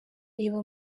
reba